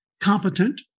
Competent